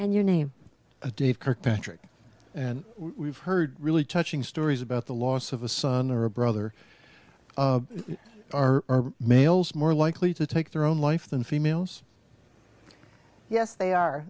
and you name dave kirkpatrick and we've heard really touching stories about the loss of a son or a brother are males more likely to take their own life than females yes they are